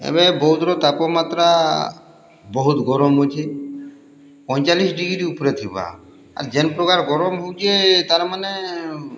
ଏବେ ବୌଦ୍ଧ୍ର ତାପମାତ୍ରା ବହୁତ୍ ଗରମ୍ ଅଛେ ପଞ୍ଚ୍ଚାଳିଶ୍ ଉପ୍ରେ ଥିବା ଆଉ ଯେନ୍ ପ୍ରକାର୍ ଗରମ୍ ହଉଚେ ତାର୍ମାନେ